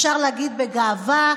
אפשר להגיד בגאווה,